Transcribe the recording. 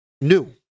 new